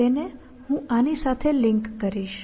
તેને હું આની સાથે લિંક કરીશ